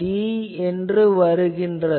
d ஆகும்